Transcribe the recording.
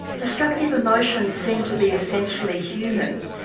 destructive emotions seem to be essentially human,